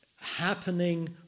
happening